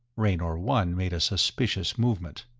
raynor one made a suspicious movement.